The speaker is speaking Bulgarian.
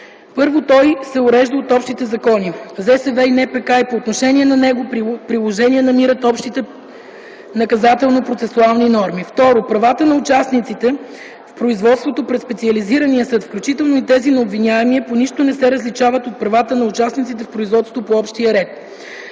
1. той се урежда от общите закони – ЗСВ и НПК и по отношение на него приложение намират общите наказателно-процесуални норми; 2. правата на участниците в производството пред специализирания съд, включително и тези на обвиняемия по нищо не се различават от правата на участниците в производството по общия ред;